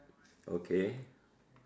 okay